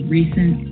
recent